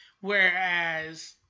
Whereas